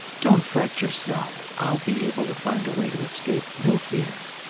don't fret yourself i'll be able to find a way to escape, no fear.